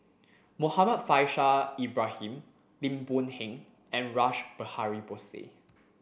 Muhammad Faishal Ibrahim Lim Boon Heng and Rash Behari Bose